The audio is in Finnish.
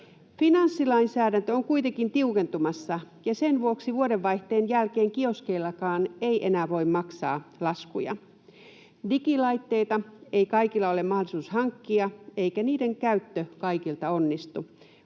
Finanssilainsäädäntö on kuitenkin tiukentumassa, ja sen vuoksi vuodenvaihteen jälkeen kioskeillakaan ei enää voi maksaa laskuja. Digilaitteita ei kaikilla ole mahdollisuus hankkia, eikä niiden käyttö kaikilta onnistu.